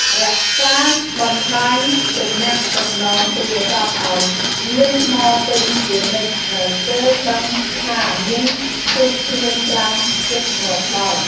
រក្សាបណ្តាញទំនាក់ទំនងទូរស័ព្ទឱ្យមានថ្មពេញជានិច្ចនៅពេលដឹងថាមានព្យុះភ្លៀងខ្លាំងជិតមកដល់។